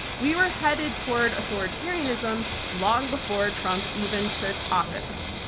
we were headed toward authoritarianism long before trump even took office.